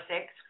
six